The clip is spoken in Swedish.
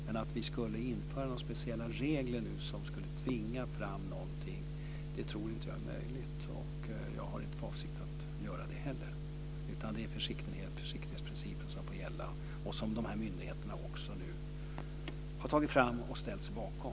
Men att nu införa några speciella regler som skulle tvinga fram någonting tror jag inte är möjligt. Jag har inte heller för avsikt att göra det, utan det är försiktighetsprincipen som får gälla och som de här myndigheterna nu har tagit fram och ställt sig bakom.